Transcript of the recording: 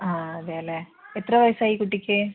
ആ അതേയല്ലേ എത്ര വയസ്സായി കുട്ടിക്ക്